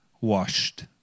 washed